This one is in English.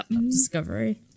Discovery